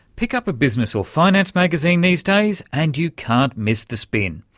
pick up a business or finance magazine these days and you can't miss the spin.